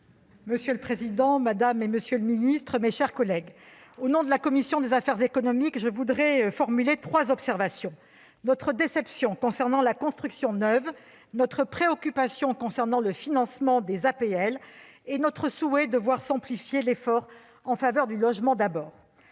Monsieur le président, madame la ministre, monsieur le secrétaire d'État, mes chers collègues, au nom de la commission des affaires économiques, je voudrais formuler trois observations : notre déception concernant la construction neuve, notre préoccupation concernant le financement des APL et notre souhait de voir s'amplifier l'effort en faveur du Logement d'abord.